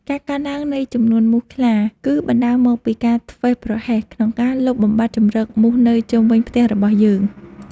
ការកើនឡើងនៃចំនួនមូសខ្លាគឺបណ្តាលមកពីការធ្វេសប្រហែសក្នុងការលុបបំបាត់ជម្រកមូសនៅជុំវិញផ្ទះរបស់យើង។